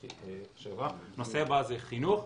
הנושא הבא זה חינוך.